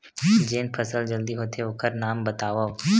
जेन फसल जल्दी होथे ओखर नाम बतावव?